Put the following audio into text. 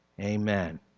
amen